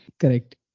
Correct